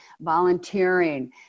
volunteering